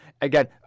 again